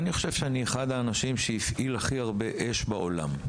אני חושב שאני אחד האנשים שהפעיל הכי הרבה אש בעולם,